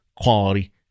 quality